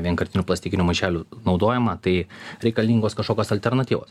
vienkartinių plastikinių maišelių naudojimą tai reikalingos kažkokios alternatyvos